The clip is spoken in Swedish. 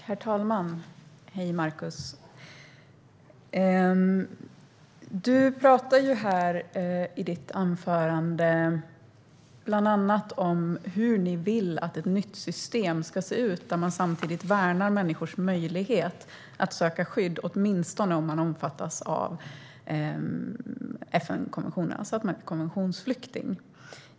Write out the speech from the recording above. Herr talman! Hej Markus! Du pratade här i ditt anförande bland annat om hur ni vill att ett nytt system ska se ut där man värnar människors möjlighet att söka skydd, åtminstone om man omfattas av FN-konventionen, alltså om man är konventionsflykting.